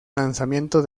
lanzamiento